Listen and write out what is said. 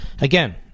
Again